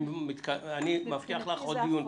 אני מבטיח לך עוד דיון.